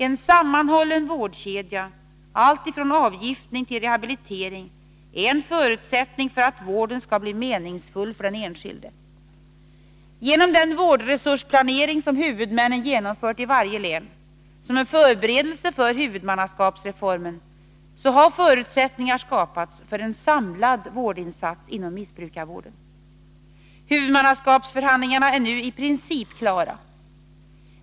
En sammanhållen vårdkedja, alltifrån avgiftning till rehabilitering, är en förutsättning för att vården skall bli meningsfull för den enskilde. Genom den vårdresursplanering som huvudmännen genomfört i varje län som en förberedelse för huvudmannaskapsreformen har förutsättningar skapats för en samlad vårdinsats inom missbruksvården. Huvudmannaskapsförhandlingarna är nu i princip klara.